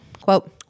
quote